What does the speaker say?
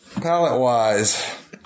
Palette-wise